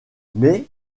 mais